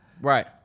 Right